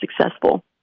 successful